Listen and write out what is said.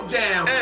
down